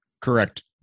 Correct